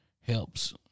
helps